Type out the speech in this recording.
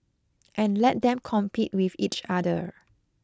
and let them compete with each other